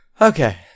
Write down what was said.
Okay